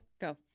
Go